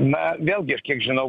na vėlgi aš kiek žinau